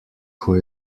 who